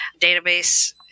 database